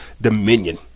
dominion